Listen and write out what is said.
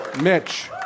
Mitch